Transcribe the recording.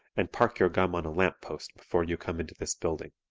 and park your gum on a lamp post before you come into this building.